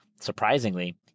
surprisingly